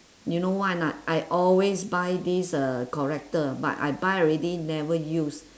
you know why or not I always buy this uh corrector but I buy already never use